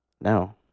No